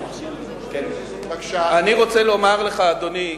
אני רוצה לומר לך, אדוני,